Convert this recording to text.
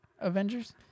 Avengers